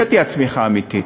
זאת תהיה הצמיחה האמיתית,